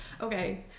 Okay